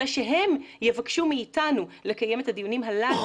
אלא שהם יבקשו מאיתנו לקיים את הדיונים הללו